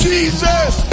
Jesus